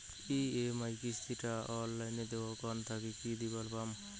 EMI কিস্তি টা অনলাইনে দোকান থাকি কি দিবার পাম?